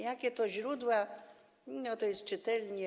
Jakie to źródła, to jest czytelnie.